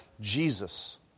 Jesus